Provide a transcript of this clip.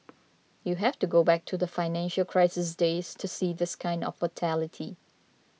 you have to go back to the financial crisis days to see this kind of volatility